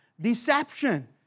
Deception